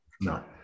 No